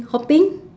hopping